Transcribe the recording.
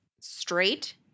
straight